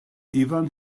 ifan